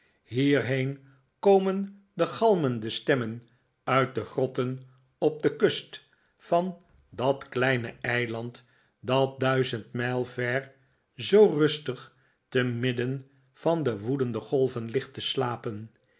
hierheen komen de galmende stemmen uit de grotten op de kust van dat kleine eilarid dat duizend mijl ver zoo rustig te midden van de woedende golven ligt te slapen